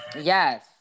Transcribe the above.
Yes